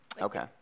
Okay